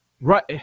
right